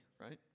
right